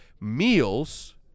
meals